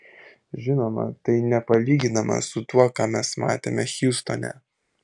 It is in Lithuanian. žinoma tai nepalyginama su tuo ką mes matėme hjustone